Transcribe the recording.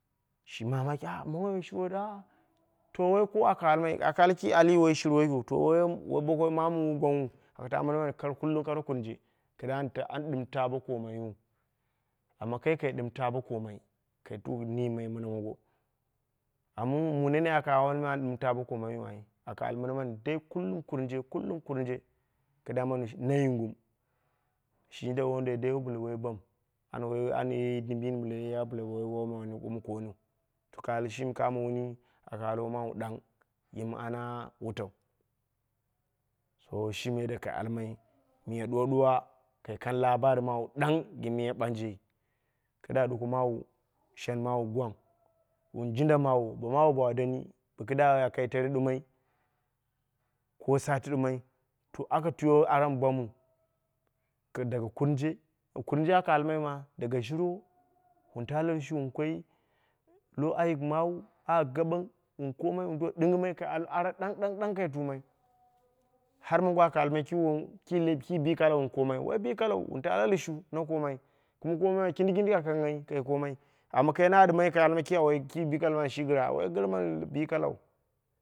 Shimi an ɓalmai ah to woi puro aka alma ki alii woi shurwo yikiu aka ta wai mɨna mani kullum kara kuringe kɨdda an dɨm taa bo komaiyu, amma kai kai ɗim taa bo komai kai do niimai mɨna mongo amma mu nenea dai wani ɗɨm taa bo komaiyu dai aka al mɨna mama, ni dai kara kurinje kullum kurinje kullum kurinje kidda na yungum shi jinda wonduwoi dai bɨla wai bam, an ye dimbiyini bɨla ye wai woma koonniu dɨm bɨla ɓooni to ka al shimi kamo wuni wun ɗang, yimwu ana wutau, to shimi yadda kai almai miya ɗuwa ɗuwa ah kai kang labari maawu ɗang gɨn miyam ɓanje kɨdda ɗuko maawu, shenmawu gwang. Wun jinda mawo, bo mawo ba donni kɨdda aka ye tere ɗumoi ko sati ɗumoi to aka twi ara mɨ gwangnghu tun daga kurinja kurinje aka almaiyu ma daga shurwo, wun taa la lushu wun koi lo ayik maawu, ah gɨbɨk wun komai wun do ɗingɨmai, aranging ɗang ɗang ɗang ɗang kai tummai har mongo aka almai ki bi kala wun komai woi bikalau, wun taa la lushu bo komai mi gwangnghai kindi kindi kai komai kai almai ku bikala mani shi gɨra woi bikalau